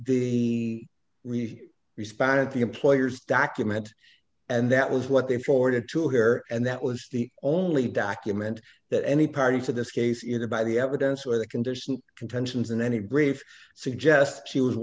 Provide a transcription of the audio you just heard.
really responded the employer's document and that was what they forwarded to here and that was the only document that any party to this case either by the evidence or the conditional intentions in any brief suggest she was